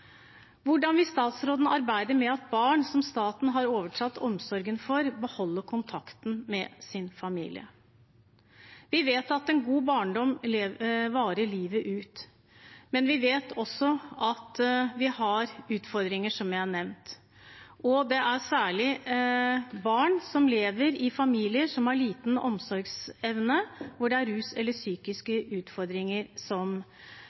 Hvordan vil statsråden arbeide for at barn som staten har overtatt omsorgen for, beholder kontakten med sin familie? Vi vet at en god barndom varer livet ut, men vi vet også at vi har utfordringer, som jeg har nevnt, og det gjelder særlig barn som lever i familier som har liten omsorgsevne, hvor det er rus eller